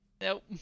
Nope